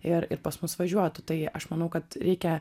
ir ir pas mus važiuotų tai aš manau kad reikia